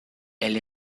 elle